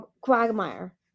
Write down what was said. quagmire